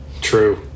True